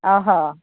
ଅ ହୋ